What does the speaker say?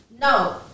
No